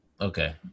Okay